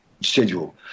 schedule